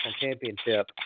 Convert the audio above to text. championship